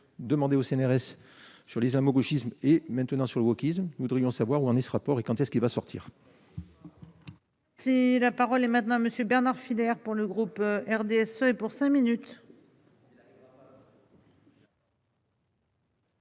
demandé au CNRS sur les gauchisme et maintenant sur le gauchisme voudrions savoir où en est ce rapport et quand est ce qui va sortir. C'est la parole est maintenant Monsieur Bernard fédère pour le groupe RDSE pour 5 minutes.